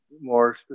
more